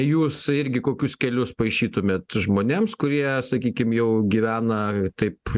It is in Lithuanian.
jūs irgi kokius kelius parašytumėt žmonėms kurie sakykim jau gyvena taip